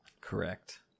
Correct